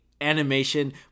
animation